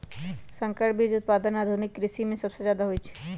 संकर बीज उत्पादन आधुनिक कृषि में सबसे जादे होई छई